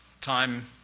time